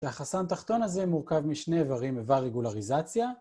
והחסם תחתון הזה מורכב משני איברים, איבר רגולריזציה.